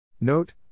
Note